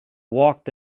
walked